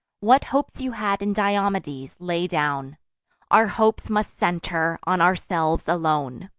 what hopes you had in diomedes, lay down our hopes must center on ourselves alone.